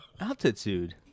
Altitude